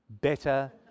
Better